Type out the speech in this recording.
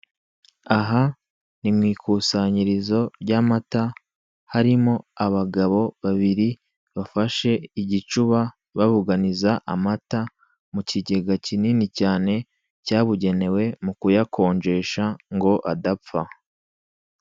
Aha ni mu ikusanyirizo ry'amata, harimo abagabo babiri bafashe igicuba babuganiza amata, mu kigega kinini cyane cyabugenewe mu kuyakonjesha ngo adapfa.